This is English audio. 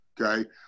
okay